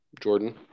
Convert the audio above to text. Jordan